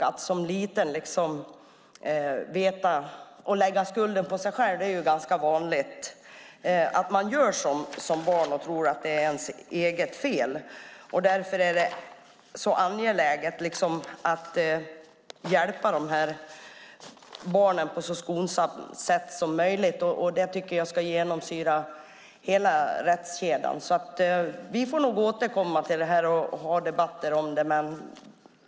Att barn lägger skulden på sig själva är ganska vanligt. De tror att det är deras eget fel. Därför är det angeläget att hjälpa barnen så skonsamt som möjligt. Det ska genomsyra hela rättskedjan. Vi återkommer nog i debatter om detta.